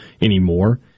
anymore